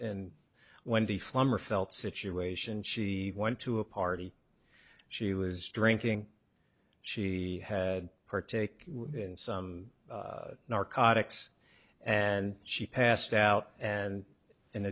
and when the flummery felt situation she went to a party she was drinking she had partake in some narcotics and she passed out and in